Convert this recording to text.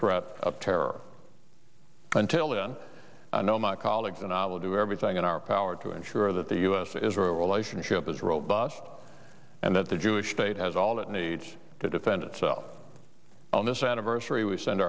threat of terror until then i know my colleagues and i will do everything in our power to ensure that the us is a relationship is robust and that the jewish state has all it needs to defend itself on this anniversary we send